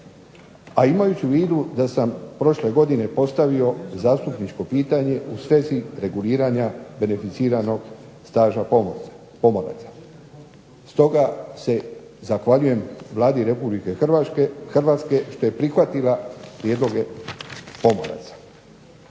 a imajući u vidu da sam prošle godine postavio zastupničko pitanje u svezi reguliranja beneficiranog staža pomoraca. Stoga se zahvaljujem Vladi Republike Hrvatske što je prihvatila prijedloge …/Ne